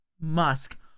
Musk